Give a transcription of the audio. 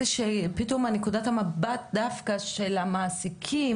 שפתאום נקודת המבט דווקא של המעסיקים,